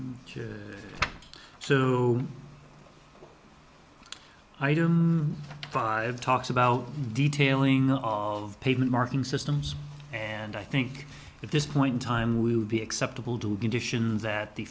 don't five talks about detailing of pavement marking systems and i think at this point in time we would be acceptable to conditions that the